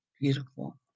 beautiful